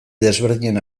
desberdinen